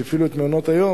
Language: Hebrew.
שהפעילו את מעונות-היום,